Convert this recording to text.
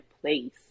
place